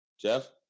Jeff